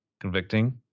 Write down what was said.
convicting